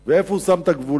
כזה ואיפה הוא שם את הגבולות.